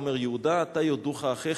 הוא אומר: "יהודה אתה יודוך אחיך,